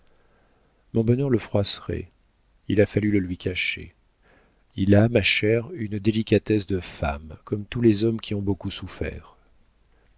mon bonheur le froisserait il a fallu le lui cacher il a ma chère une délicatesse de femme comme tous les hommes qui ont beaucoup souffert